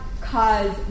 cause